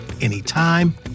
anytime